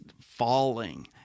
falling